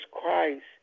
Christ